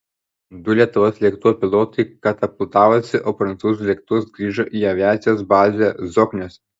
du lietuvos lėktuvo pilotai katapultavosi o prancūzų lėktuvas grįžo į aviacijos bazę zokniuose